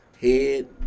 head